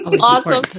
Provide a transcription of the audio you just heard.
Awesome